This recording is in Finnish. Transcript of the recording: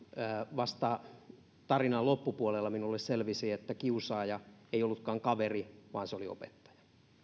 vasta tarinan loppupuolella minulle selvisi että kiusaaja ei ollutkaan kaveri vaan se oli opettaja